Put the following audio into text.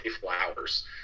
Flowers